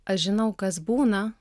aš žinau kas būna